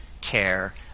care